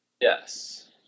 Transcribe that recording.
yes